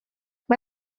mae